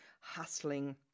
hustling